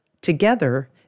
together